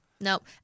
Nope